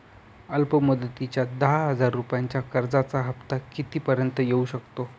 अल्प मुदतीच्या दहा हजार रुपयांच्या कर्जाचा हफ्ता किती पर्यंत येवू शकतो?